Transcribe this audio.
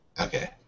Okay